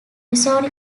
missouri